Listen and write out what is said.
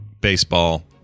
baseball